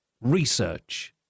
research